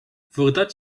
voordat